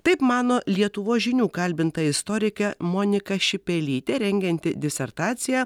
taip mano lietuvos žinių kalbinta istorikė monika šipelytė rengianti disertaciją